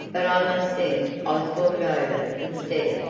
but i must send oswald over instead.